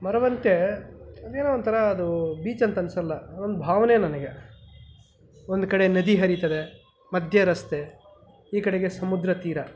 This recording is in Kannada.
ಮರವಂತೆ ಇದೆನೋ ಒಂಥರ ಅದು ಬೀಚ್ ಅಂತನ್ನಿಸಲ್ಲ ಒಂದು ಭಾವನೆ ನನಗೆ ಒಂದು ಕಡೆ ನದಿ ಹರೀತದೆ ಮಧ್ಯ ರಸ್ತೆ ಈ ಕಡೆಗೆ ಸಮುದ್ರ ತೀರ